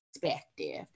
Perspective